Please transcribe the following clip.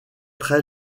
très